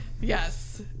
Yes